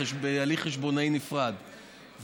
בהליך חשבונאי נפרד,